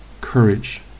Courage